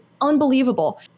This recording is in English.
unbelievable